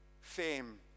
fame